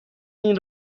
این